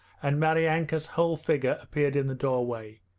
and maryanka's whole figure appeared in the doorway.